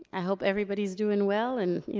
i hope everybody's doing well, and you